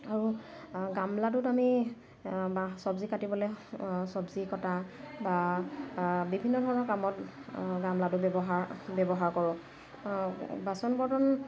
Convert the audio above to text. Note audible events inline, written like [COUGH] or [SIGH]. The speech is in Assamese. আৰু গামলাটোত আমি [UNINTELLIGIBLE] চব্জি কাটিবলৈ চব্জি কটা বা বিভিন্ন ধৰণৰ কামত গামলাটো ব্যৱহাৰ ব্যৱহাৰ কৰোঁ বাচন বৰ্তন